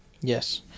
yes